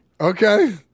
Okay